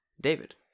david